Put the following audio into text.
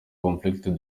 conflicted